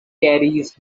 carries